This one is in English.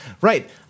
Right